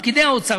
אם פקידי האוצר,